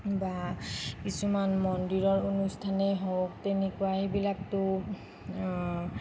বা কিছুমান মন্দিৰৰ অনুষ্ঠানেই হওঁক তেনেকুৱাই সেইবিলাকতো